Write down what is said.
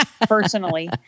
personally